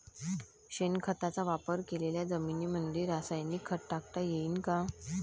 शेणखताचा वापर केलेल्या जमीनीमंदी रासायनिक खत टाकता येईन का?